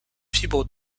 fibres